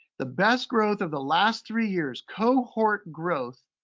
the best growth of the last three years, cohort growth,